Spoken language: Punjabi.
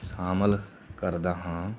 ਸ਼ਾਮਿਲ ਕਰਦਾ ਹਾਂ